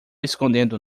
escondendo